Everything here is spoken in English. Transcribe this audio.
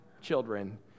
children